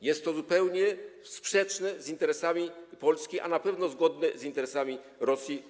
Jest to zupełnie sprzeczne z interesami Polski, ale na pewno zgodne z interesami Rosji.